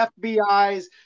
FBI's